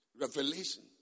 revelation